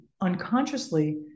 unconsciously